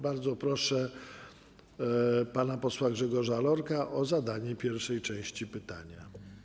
Bardzo proszę pana posła Grzegorza Lorka o zadanie pierwszej części pytania.